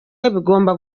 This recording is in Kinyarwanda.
bigomba